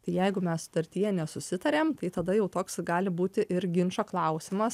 tai jeigu mes sutartyje nesusitarėm tai tada jau toks gali būti ir ginčo klausimas